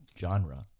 genre